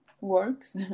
works